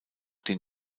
den